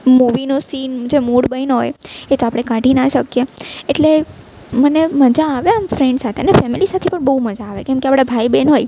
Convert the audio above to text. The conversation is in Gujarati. મુવીનો સીન જે મૂળ બન્યો હોય એ તો આપણે કાઢી ન શકીએ એટલે મને મજા આવે આમ ફ્રેન્ડ સાથે ને ફેમિલી સાથે પણ બહુ મજા આવે કેમકે આપણા ભાઈ બેન હોય